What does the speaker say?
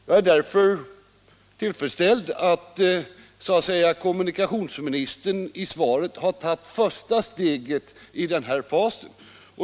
Jag är därför tillfredsställd med att kommunikationsministern i svaret så att säga tagit första steget i den här fasen.